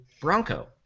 Bronco